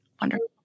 wonderful